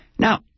Now